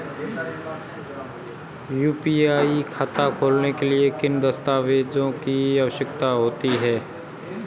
UPI खाता खोलने के लिए किन दस्तावेज़ों की आवश्यकता होती है?